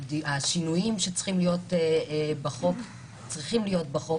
צריכים להיות שינויים בחוק,